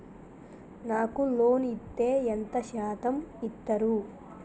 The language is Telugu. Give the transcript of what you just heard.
నాకు లోన్ ఇత్తే ఎంత శాతం ఇత్తరు?